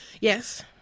Yes